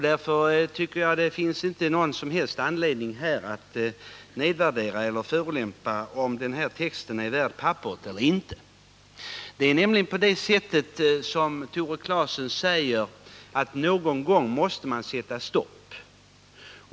Därför tycker jag inte att det finns någon som helst anledning att göra nedvärderingar eller att uttala en sådan förolämpning som att ifrågasätta om den här texten är värd pappret. Det är nämligen på det sättet, som Tore Claeson säger, att någon gång måste man sätta stopp.